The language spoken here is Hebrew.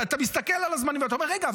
אתה מסתכל על הזמנים ואתה אומר: רגע,